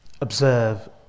observe